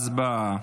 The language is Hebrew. הצבעה.